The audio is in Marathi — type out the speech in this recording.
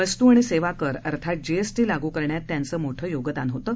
वस्तू आणि सद्याक्रर अर्थात जीएसटी लागू करण्यात त्यांचं मोठं योगदान होतं